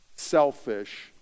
selfish